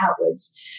outwards